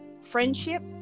friendship